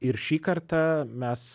ir šį kartą mes